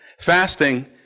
fasting